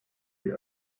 die